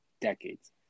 Decades